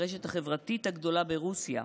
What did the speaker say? הרשת החברתית הגדולה ברוסיה.